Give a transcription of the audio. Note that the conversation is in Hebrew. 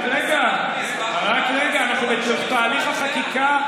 רק רגע, רק רגע, אנחנו בתהליך החקיקה.